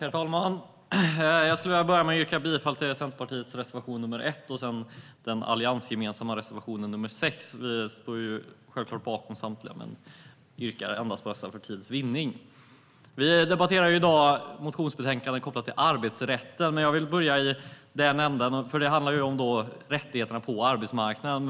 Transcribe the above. Herr talman! Jag vill börja med att yrka bifall till Centerpartiets reservation nr 1 och den alliansgemensamma reservationen nr 6. Vi står självklart bakom samtliga reservationer, men jag yrkar endast bifall till dessa för tids vinnande. Vi debatterar i dag ett motionsbetänkande om arbetsrätten. Det handlar om rättigheterna på arbetsmarknaden.